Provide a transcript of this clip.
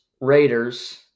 Raiders